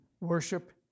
worship